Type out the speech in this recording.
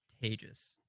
contagious